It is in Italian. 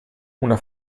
una